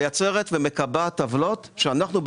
מייצרת ומקבעת עוולות שאנחנו,